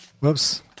Whoops